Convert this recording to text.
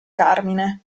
carmine